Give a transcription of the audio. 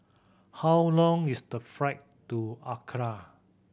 how long is the flight to Accra